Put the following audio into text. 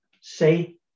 say